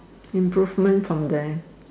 improvement from there